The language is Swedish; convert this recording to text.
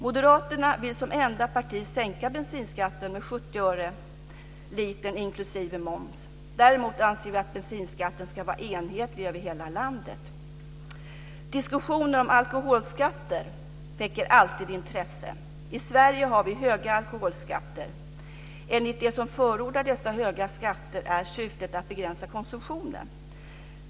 Moderaterna vill som enda parti sänka bensinskatten med 70 öre per liter inklusive moms. Däremot anser vi att bensinskatten ska vara enhetlig över hela landet. Diskussion om alkoholskatter väcker alltid intresse. I Sverige har vi höga alkoholskatter. Enligt de som förordar dessa höga skatter är syftet att begränsa konsumtionen.